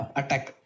attack